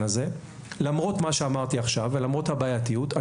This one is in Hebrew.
למרות מה שאמרתי עכשיו ולמרות הבעייתיות,